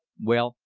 well,